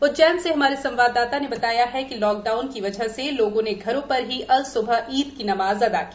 उज्जैन से हमारे संवाददाता ने बताया है कि लॉकडाउन की वजह से लोगों ने घरों पर ही अल स्बह ईद की नमाज अदा की